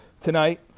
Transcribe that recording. tonight